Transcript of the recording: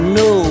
no